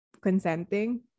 consenting